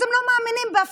אז הם לא מאמינים בהבטחת